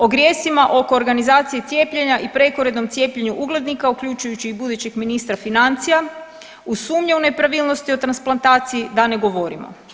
O grijesima oko organizacije cijepljenja i prekorednom cijepljenju uglednika uključujući i budućeg ministra financija, u sumnje o nepravilnosti o transplantaciji da ne govorimo.